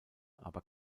aber